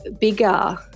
bigger